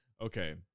Okay